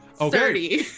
Okay